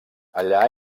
allà